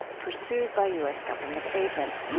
pursued by u s. government agents,